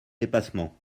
dépassement